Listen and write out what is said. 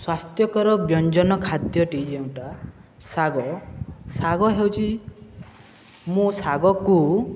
ସ୍ୱାସ୍ଥ୍ୟକର ବ୍ୟଞ୍ଜନ ଖାଦ୍ୟଟି ଯେଉଁଟା ଶାଗ ଶାଗ ହେଉଛି ମୁଁ ଶାଗକୁ